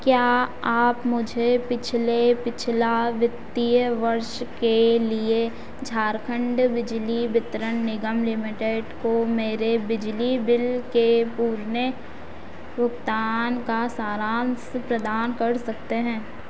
क्या आप मुझे पिछले पिछला वित्तीय वर्ष के लिए झारखण्ड बिजली वितरण निगम लिमिटेड को मेरे बिजली बिल के पुराने भुगतान का सारान्श प्रदान कर सकते हैं